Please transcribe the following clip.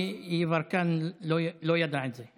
כי יברקן לא ידע את זה.